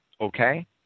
Okay